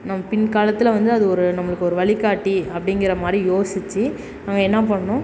நம் பின்காலத்தில் வந்து அது ஒரு நம்மளுக்கு ஒரு வழிக்காட்டி அப்படிங்கிற மாதிரி யோசித்து நம்ம என்ன பண்ணணும்